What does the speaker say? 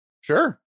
Sure